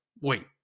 Wait